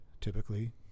typically